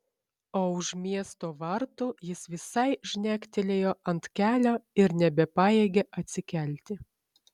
o už miesto vartų jis visai žnektelėjo ant kelio ir nebepajėgė atsikelti